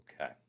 okay